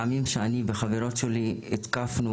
אני וחברות שלי הותקפנו